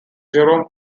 jerome